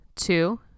Two